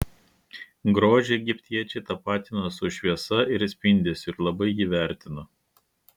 grožį egiptiečiai tapatino su šviesa ir spindesiu ir labai jį vertino